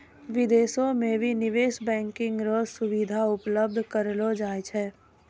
विदेशो म भी निवेश बैंकिंग र सुविधा उपलब्ध करयलो जाय छै